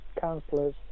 counselors